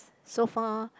so far